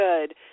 good